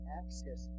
access